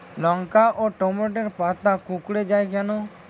লঙ্কা ও টমেটোর পাতা কুঁকড়ে য়ায় কেন?